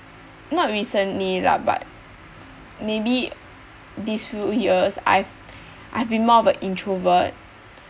not recently lah but maybe this few years I've I've been more of a introvert